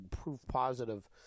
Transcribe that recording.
proof-positive